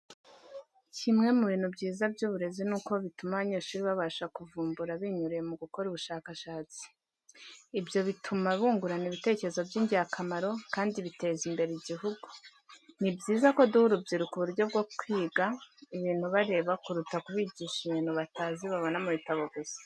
Kimwe mu bintu byiza by'uburezi ni uko bituma abanyeshuri babasha kuvumbura binyuriye mugukora ubushakashatsi. Ibyo bituma bungurana ibitekerezo by'ingirakamaro kandi biteza imbere igihugu. Ni byiza ko duha urubyiruko uburyo bwo kwiga ibintu bareba kuruta kubigisha ibintu batazi babona mu ibitabo gusa.